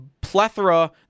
plethora